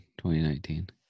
2019